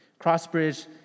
Crossbridge